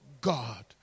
God